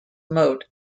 moat